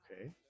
Okay